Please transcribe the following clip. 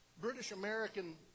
British-American